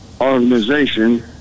organization